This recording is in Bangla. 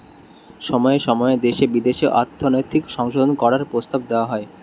সময়ে সময়ে দেশে বিদেশে অর্থনৈতিক সংশোধন করার প্রস্তাব দেওয়া হয়